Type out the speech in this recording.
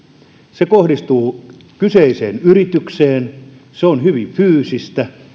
se kohdistuu kyseiseen yritykseen se on hyvin fyysistä